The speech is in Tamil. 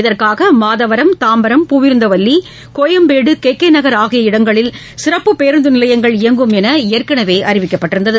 இதற்காக மாதவரம் தாம்பரம் பூவிருந்தவல்லி கோயம்பேடு கேகேநகர் ஆகிய இடங்களில் சிறப்பு பேருந்து நிலையங்கள் இயங்கும் என ஏற்கனவே அறிவிக்கப்பட்டது